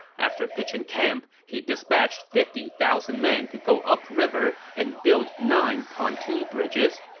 after pitching camp, he dispatched fifty thousand men to go upriver and build nine pontoon bridges.